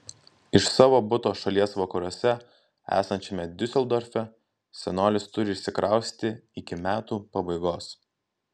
iš savo buto šalies vakaruose esančiame diuseldorfe senolis turi išsikraustyti iki metų pabaigos